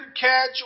catch